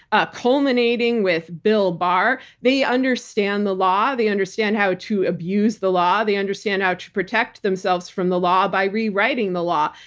ah culminating with bill barr. they understand the law. they understand how to abuse the law. they understand how to protect themselves from the law by rewriting the law.